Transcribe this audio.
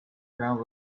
ground